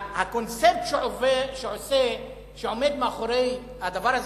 הקונספט שעומד מאחורי הדבר הזה,